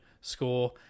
score